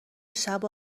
شبو